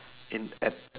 in at